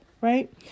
right